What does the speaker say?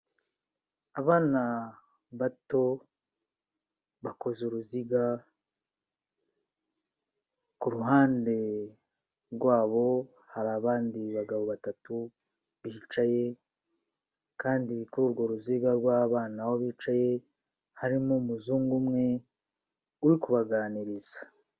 Abana bato bakoze uruziga, ku ruhande rwabo hari abandi bagabo batatu bicaye kandi kuri urwo ruziga rw'abana aho bicaye, hari n'umuzungu umwe uri kubaganiriza.